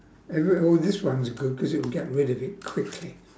oh this one's good cause it would get rid of it quickly